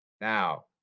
Now